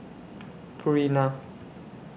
Purina